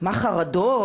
מה החרדות,